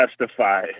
testify